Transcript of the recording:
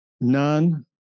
none